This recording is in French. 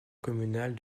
communale